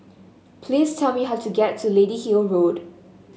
please tell me how to get to Lady Hill Road